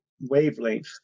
wavelength